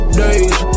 days